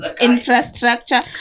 Infrastructure